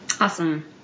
Awesome